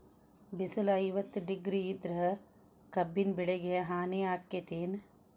ಬಿಸಿಲ ಐವತ್ತ ಡಿಗ್ರಿ ಇದ್ರ ಕಬ್ಬಿನ ಬೆಳಿಗೆ ಹಾನಿ ಆಕೆತ್ತಿ ಏನ್?